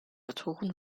autoren